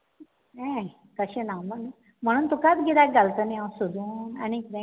हें तशें ना हांव तुकाच गिरायक घालता न्हय हांव सोदून आनी कितें